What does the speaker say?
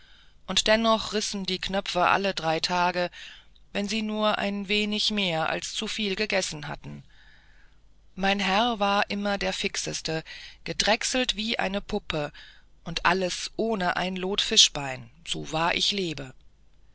und dennoch rissen die knöpfe alle drei tage wenn sie nur ein wenig mehr als zu viel gegessen hatten mein herr war immer der fixeste gedrechselt wie eine puppe und alles ohne ein lot fischbein so wahr ich lebe